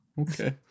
Okay